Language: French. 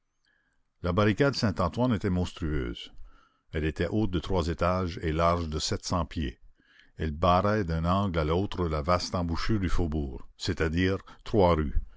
la barricade saint-antoine était monstrueuse elle était haute de trois étages et large de sept cents pieds elle barrait d'un angle à l'autre la vaste embouchure du faubourg c'est-à-dire trois rues